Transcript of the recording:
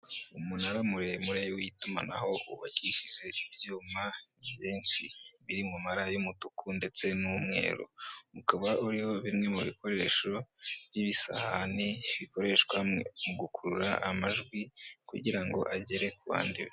Umunara muremure w'itumanaho wubakishije ibyuma byinshi, biri mu mara y'umutuku ndetse n'umweru, ukaba uriho bimwe mu bikoresho by'ibisahani bikoreshwa mu gukurura amajwi kugira ngo agere ku bandi.